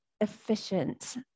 efficient